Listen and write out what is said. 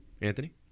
Anthony